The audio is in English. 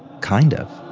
kind of.